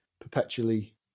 perpetually